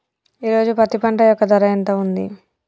ఈ రోజు పత్తి పంట యొక్క ధర ఎంత ఉంది?